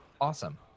awesome